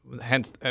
hence